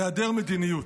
בהיעדר מדיניות.